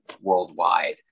worldwide